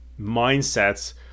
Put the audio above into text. mindsets